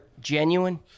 genuine